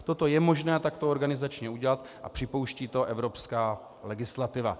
Toto je možné takto organizačně udělat a připouští to evropská legislativa.